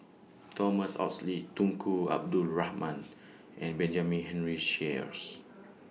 Thomas Oxley Tunku Abdul Rahman and Benjamin Henry Sheares